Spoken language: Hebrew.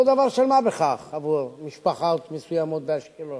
דבר של מה בכך עבור משפחות מסוימות באשקלון,